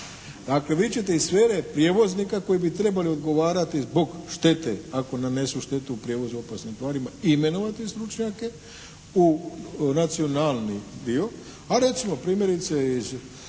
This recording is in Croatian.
Dakle vi ćete iz sfere prijevoznika koji bi trebali odgovarati zbog štete, ako nanesu štetu u prijevozu opasnim tvarima, imenovati stručnjake u nacionalni dio, a recimo primjerice iz